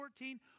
14